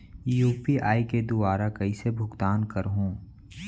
UPI के दुवारा कइसे भुगतान करहों?